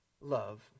love